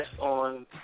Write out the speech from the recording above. on